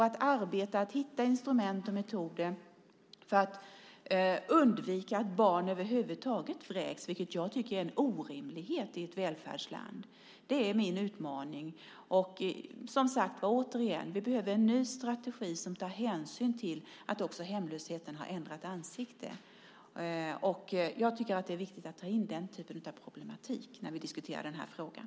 Att arbeta med att hitta instrument och metoder för att undvika att barn över huvud taget vräks, vilket jag tycker är en orimlighet i ett välfärdsland, är min utmaning. Och, återigen, vi behöver en ny strategi som också tar hänsyn till att hemlösheten har ändrat ansikte. Jag tycker att det är viktigt att ta in den typen av problematik när vi diskuterar den här frågan.